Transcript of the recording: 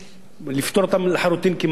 לפטור אותן לחלוטין, כמעט, ממס.